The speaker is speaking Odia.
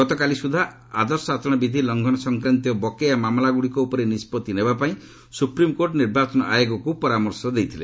ଗତକାଲି ସୁଦ୍ଧା ଆଦର୍ଶ ଆଚରଣ ବିଧି ଲଂଘନ ସଂକ୍ରାନ୍ତୀୟ ବକେୟା ମାମଲା ଗୁଡ଼ିକ ଉପରେ ନିଷ୍ପଭି ନେବା ପାଇଁ ସୁପ୍ରିମକୋର୍ଟ ନିର୍ବାଚନ ଆୟୋଗକୁ ପରାମର୍ଶ ଦେଇଥିଲେ